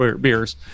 beers